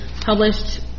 published